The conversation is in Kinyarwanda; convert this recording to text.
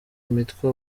imitwe